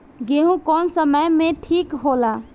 गेहू कौना समय मे ठिक होला?